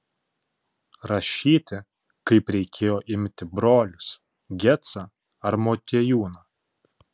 rašyti kaip reikėjo imti brolius gecą ar motiejūną